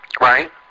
Right